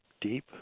deep